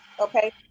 Okay